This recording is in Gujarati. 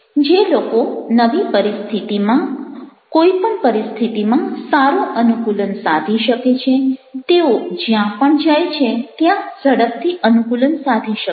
જે લોકો નવી પરિસ્થિતિમાં કોઈ પણ પરિસ્થિતિમાં સારું અનુકૂલન સાધી શકે છે તેઓ જ્યાં પણ જાય છે ત્યાં ઝડપથી અનુકૂલન સાધી શકે છે